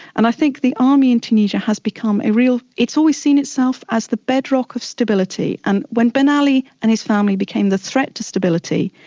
and i think the army in tunisia has become a real it's always seen itself as the bedrock of stability, and when ben ali and his family became the threat to stability,